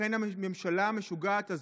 לכן הממשלה המשוגעת הזאת,